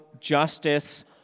justice